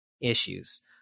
issues